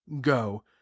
go